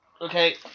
Okay